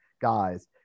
guys